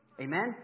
Amen